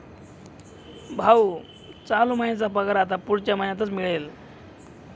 भाऊ, चालू महिन्याचा पगार आता पुढच्या महिन्यातच मिळेल